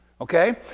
Okay